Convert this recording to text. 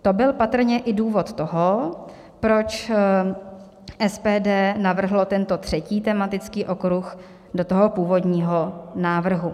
To byl patrně i důvod toho, proč SPD navrhlo tento třetí tematický okruh do toho původního návrhu.